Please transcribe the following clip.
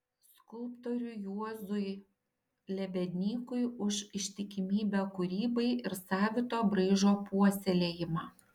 skulptoriui juozui lebednykui už ištikimybę kūrybai ir savito braižo puoselėjimą